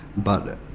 but